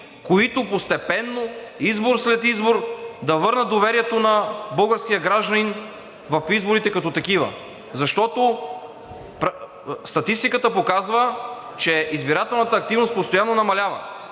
които постепенно, избор след избор, да върнат доверието на българския гражданин в изборите като такива. Защото статистиката показва, че избирателната активност постоянно намалява